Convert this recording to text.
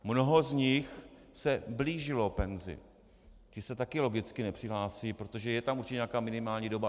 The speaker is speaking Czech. Mnoho z nich se blížilo penzi, ti se taky logicky nepřihlásí, protože je tam určitě nějaká minimální doba.